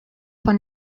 von